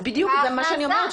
בדיוק את זה אני אומרת.